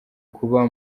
kuba